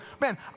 man